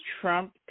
Trump